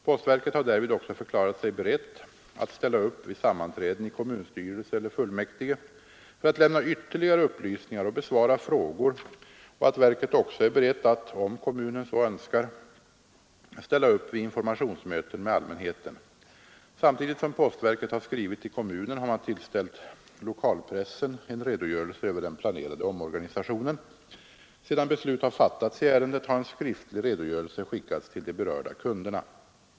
Postverket har därvid också förklarat sig berett att ställa upp vid sammanträden i kommunstyrelse eller fullmäktige för att lämna ytterligare upplysningar och besvara frågor och att verket också är berett att — om kommunen så önskar — ställa upp vid informationsmöten med allmänheten. Samtidigt som postverket har skrivit till kommunen har man tillställt lokalpressen en redogörelse över den planerade omorganisationen. Sedan beslut har fattats i ärendet har en skriftlig redogörelse skickats till de berörda kunderna.